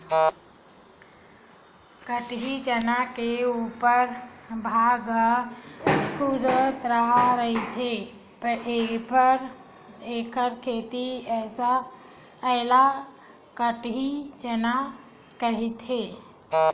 कटही चना के उपर भाग ह खुरदुरहा रहिथे एखर सेती ऐला कटही चना कहिथे